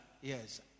Yes